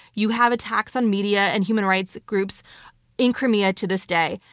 you have a tax on media and human rights groups in crimea to this day.